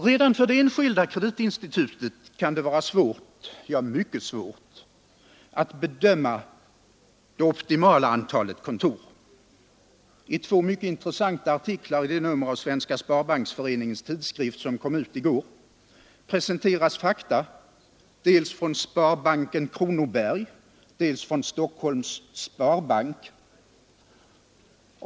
Redan för det enskilda kreditinstitutet kan det vara svårt, ja, mycket svårt, att bedöma det optimala antalet kontor. I två mycket intressanta artiklar i det nummer av Svenska sparbanksföreningens tidskrift som kom ut i går presenteras fakta dels från Sparbanken Kronoberg, dels från Stockholms sparbank.